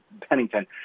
Pennington